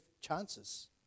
chances